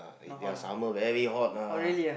their summer very hot lah